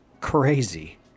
crazy